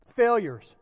failures